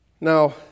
Now